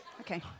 okay